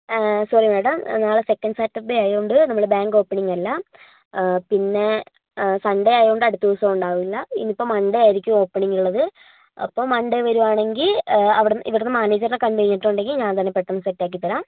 sorry madam നാളെ second Saturday ആയതുകൊണ്ട് നമ്മൾ ബാങ്ക് ഓപ്പൺ ചെയുന്നതല്ല പിന്നെ സൺഡേ ആയതുകൊണ്ട് അടുത്ത ദിവസവും ഉണ്ടാവില്ല ഇനി ഇപ്പോൾ മൺഡേ ആയിരിക്കും ഓപ്പെനിങ് ഉള്ളത് അപ്പോൾ മൺഡേ വരുകയാണെന്ന് ഉണ്ടെങ്കിൽ അവിടെ ഇവിടെ നിന്ന് മാനേജറിനെ കണ്ട് കഴിഞ്ഞിട്ടുണ്ടെങ്കിൽ ഞാൻ അത് പെട്ടെന്ന് സെറ്റ് ആക്കി തരാം